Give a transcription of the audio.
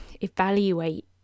evaluate